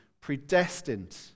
predestined